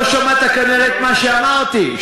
לא שמעת כנראה את מה שאמרתי,